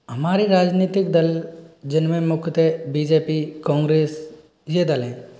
हमारे राजनीतिक दल जिनमें मुख्यत बीजेपी कोंग्रेस ये दल हैं